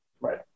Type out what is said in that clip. Right